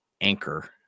anchor